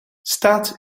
staat